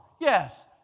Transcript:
Yes